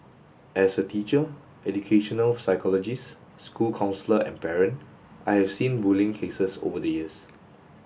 as a teacher educational psychologist school counsellor and parent I have seen bullying cases over the years